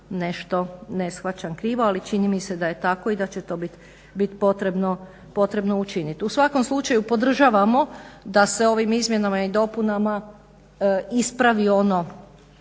nešto ne shvaćam krivo. Ali čini mi se da je tako i da će to bit potrebno učiniti. U svakom slučaju podržavamo da se ovim izmjenama i dopunama ispravi ono,